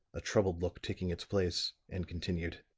a troubled look taking its place, and continued.